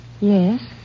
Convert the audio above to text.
Yes